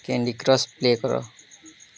Candy Crush play କର